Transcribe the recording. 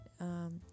um-